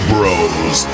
Bros